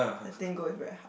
letting go is very hard